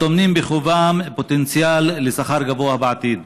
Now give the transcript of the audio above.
הטומנים בחובם פוטנציאל לשכר גבוה בעתיד.